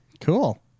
cool